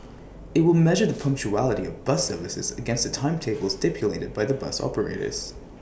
IT will measure the punctuality of bus services against the timetables stipulated by the bus operators